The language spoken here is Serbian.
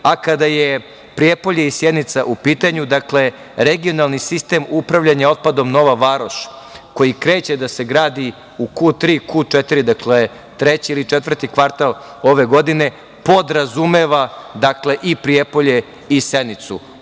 je Prijepolje i Sjenica u pitanju, regionalni sistem upravljanja otpadom Nova Varoš, koji kreće da se gradi u Q 3 i Q4, dakle treći ili četvrti kvartal ove godine, podrazumeva i Prijepolje i Sjenicu.